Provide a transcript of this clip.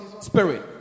spirit